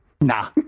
Nah